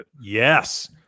Yes